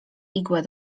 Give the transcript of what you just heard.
igłę